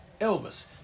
Elvis